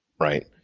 Right